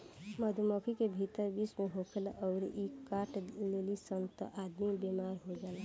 मधुमक्खी के भीतर विष होखेला अउरी इ काट देली सन त आदमी बेमार हो जाला